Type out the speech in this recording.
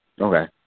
Okay